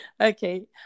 okay